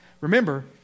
Remember